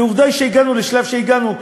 ועובדה היא שהגענו לשלב שהגענו,